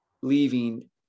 leaving